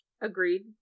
agreed